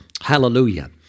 Hallelujah